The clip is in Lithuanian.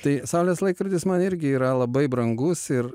tai saulės laikrodis man irgi yra labai brangus ir